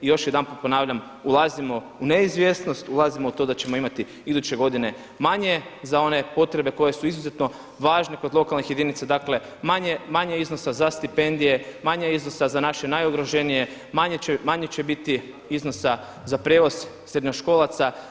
I još jedanput ponavljam, ulazimo u neizvjesnost, ulazimo u to da ćemo imati iduće godine za one potrebe koje su izuzetno važne kod lokalnih jedinica, dakle manje iznosa za stipendije, manje iznosa za naše najugroženije, manje će biti iznosa za prijevoz srednjoškolaca.